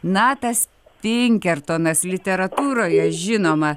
natas pinkertonas literatūroje žinoma